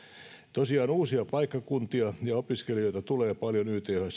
tosiaan uusia paikkakuntia ja opiskelijoita tulee paljon ythsn